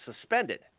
suspended